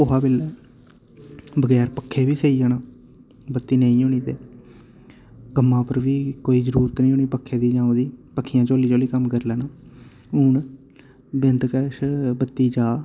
कुहा बेल्लै बगैर पक्खे बी सेई जाना बत्ती नेईं होनी ते कम्मा उप्पर बी कोई जरूरत नि होनी पक्खे दी जां ओह्दी पक्खियां झोली झोली कम्म करी लैना हुन बिन्द गै किश बत्ती जा